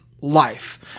life